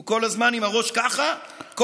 הוא כל הזמן עם הראש ככה, תודה.